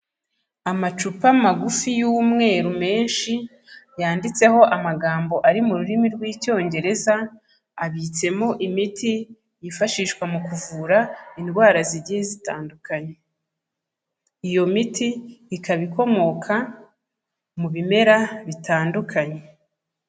Amacupa magufi y'umweru menshi, yanditseho amagambo ari mu rurimi rw'icyongereza, abitsemo imiti yifashishwa mu kuvura indwara zigiye zitandukanye, iyo miti ikaba ikomoka mu bimera bitandukanye.